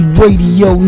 radio